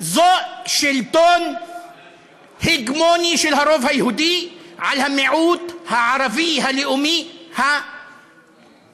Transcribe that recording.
זה שלטון הגמוני של הרוב היהודי על המיעוט הערבי הלאומי ה-indigenous,